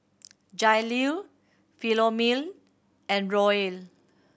Jailene Philomene and Roel